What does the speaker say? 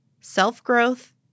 self-growth